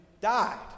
died